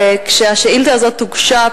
כשהשאילתא הזאת הוגשה,